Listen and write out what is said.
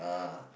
uh